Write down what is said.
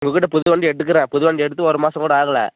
உங்கள் கிட்டே புது வண்டி எடுக்கிறேன் புது வண்டி எடுத்து ஒரு மாதம் கூட ஆகலை